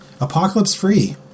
apocalypse-free